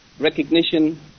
recognition